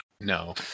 No